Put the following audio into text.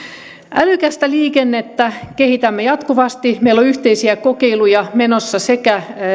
älykästä liikennettä kehitämme jatkuvasti meillä on yhteisiä kokeiluja menossa sekä